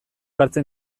hartzen